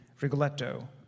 Rigoletto